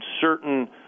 certain